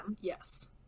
Yes